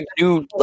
new